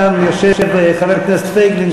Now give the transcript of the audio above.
כאן יושב חבר הכנסת פייגלין,